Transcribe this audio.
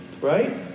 Right